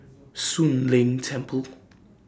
Soon Leng Temple